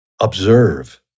observe